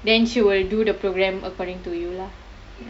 then she will do the programme according to you lah